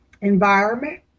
environment